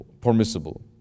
permissible